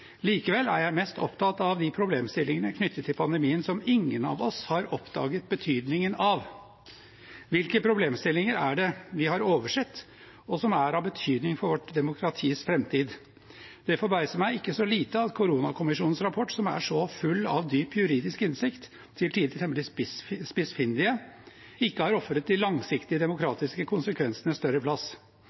Likevel er jeg mest opptatt av de problemstillingene knyttet til pandemien som ingen av oss har oppdaget betydningen av. Hvilke problemstillinger er det vi har oversett, og som er av betydning for vårt demokratis framtid? Det forbauser meg ikke så lite at koronakommisjonens rapport, som er så full av dyp juridisk innsikt – til tider temmelig spissfindig – ikke har ofret de langsiktige demokratiske konsekvensene større plass.